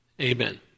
amen